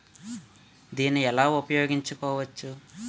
దీన్ని ఎలా ఉపయోగించు కోవచ్చు?